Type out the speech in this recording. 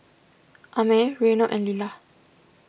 Amey Reino and Lilah